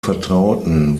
vertrauten